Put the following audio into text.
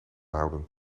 houden